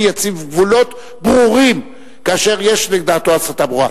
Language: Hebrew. יציב גבולות ברורים כאשר יש לדעתו הסתה ברורה.